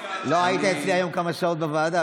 היית אצלי היום כמה שעות בוועדה,